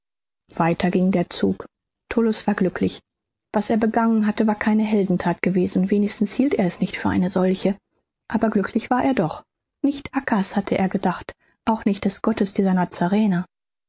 weiter ging der zug tullus war glücklich was er begangen hatte war keine heldenthat gewesen wenigstens hielt er es nicht für eine solche aber glücklich war er doch nicht acca's hatte er gedacht auch nicht des gottes dieser